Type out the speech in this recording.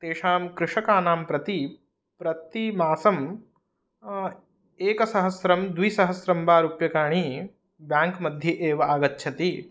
तेषां कृषकानां प्रति प्रतिमासं एकसहस्रं द्विसहस्रं वा रूप्यकाणि ब्याङ्क्मध्ये एव आगच्छन्ति